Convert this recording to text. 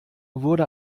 wurde